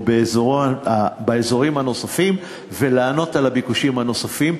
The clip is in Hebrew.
באזורים הנוספים ולענות על הביקושים הנוספים,